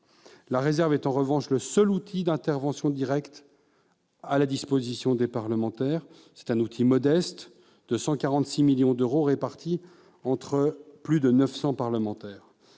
La réserve est en revanche le seul outil d'intervention directe à la disposition du parlementaire. C'est un outil modeste : 146 millions d'euros répartis entre plus de 900 parlementaires.